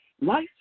Life